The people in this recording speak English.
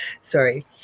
sorry